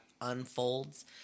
unfolds